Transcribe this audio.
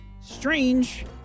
strange